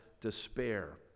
despair